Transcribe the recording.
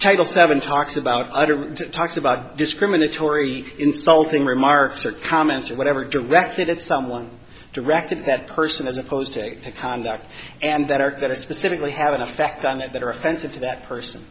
title seven talks about talks about discriminatory insulting remarks or comments or whatever directed at someone directed at that person as opposed to conduct and that are going to specifically have an effect on that that are offensive to that person